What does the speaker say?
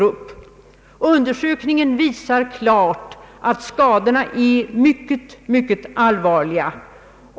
Undersökningen visar klart att boxningsskadorna är mycket, mycket allvarliga.